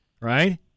right